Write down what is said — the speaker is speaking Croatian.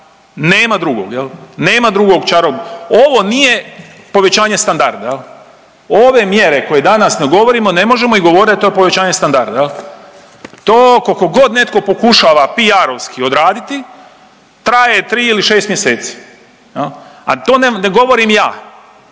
nema drugog čarob, ovo nije povećanje standarda. Ove mjere koje danas govorimo ne možemo govorit da je to povećanje standarda, to kolkogod netko pokušava PR-ovski odraditi traje tri ili šest mjeseci, a to ne govorim ja,